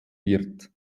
wird